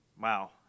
wow